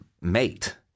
mate